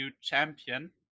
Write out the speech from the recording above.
champion